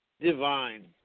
divine